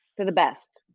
they're the best.